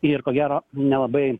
ir ko gero nelabai